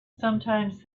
sometimes